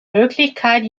möglichkeit